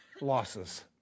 losses